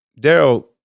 Daryl